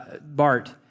Bart